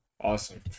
Awesome